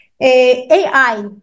AI